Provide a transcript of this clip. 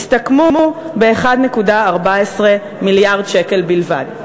הסתכמו ב-1.14 מיליארד שקל בלבד.